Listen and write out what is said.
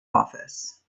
office